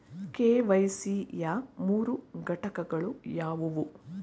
KYC ಯ ಮೂರು ಘಟಕಗಳು ಯಾವುವು?